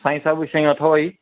साईं सभु शयूं अथव हीअ